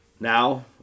Now